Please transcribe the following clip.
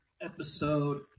episode